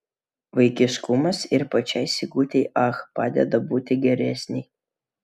vaikiškumas ir pačiai sigutei ach padeda būti geresnei